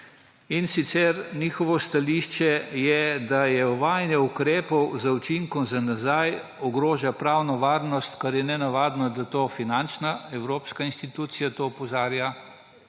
In sicer, njihovo stališče je, da »uvajanje ukrepov z učinkom za nazaj ogroža pravno varnost«, kar je nenavadno, da to opozarja finančna evropska institucija, kajti